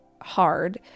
hard